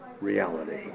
reality